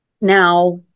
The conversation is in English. now